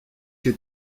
que